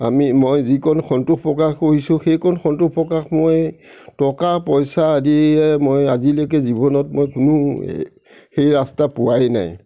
আমি মই যিকণ সন্তোষ প্ৰকাশ কৰিছোঁ সেইকণ সন্তোষ প্ৰকাশ মই টকা পইচা আদিৰে মই আজিলৈকে জীৱনত মই কোনোৱে সেই ৰাস্তা পোৱাই নাই